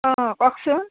অঁ কওকচোন